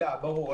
ברור,